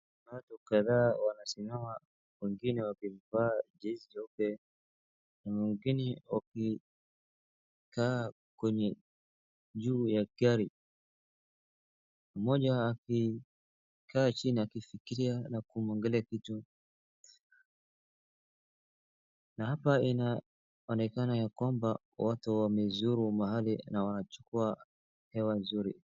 Watu kadhaa wanasimama, wengine wakivaa jezi jeupe, wengine wakikaa kwenye juu ya gari. Mmoja akikaa chini akifikiria na kuangalia kitu. Na hapa inaonekana kwamba watu wamezuru mahali, na wanachukua hewa nzuri.